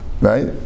right